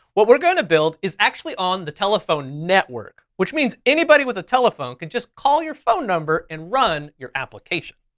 what we're gonna build is actually on the telephone network. which means anybody with a telephone can just call your phone number and run your application.